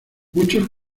muchos